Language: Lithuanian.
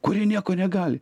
kurie nieko negali